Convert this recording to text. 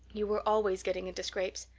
you were always getting into scrapes.